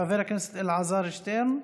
חבר הכנסת אלעזר שטרן,